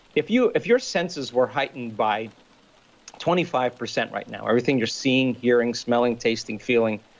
if your if your senses were heightened by twenty five percent right now, everything you're seeing, hearing, smelling tasting, feeling,